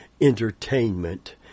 entertainment